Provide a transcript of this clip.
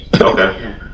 Okay